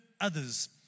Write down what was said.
others